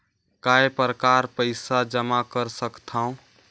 काय प्रकार पईसा जमा कर सकथव?